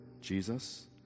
Jesus